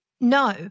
No